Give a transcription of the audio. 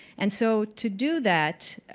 and so to do that,